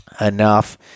enough